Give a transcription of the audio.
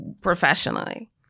professionally